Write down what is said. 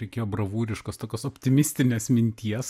reikėjo bravūriškos tokios optimistinės minties